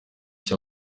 icyo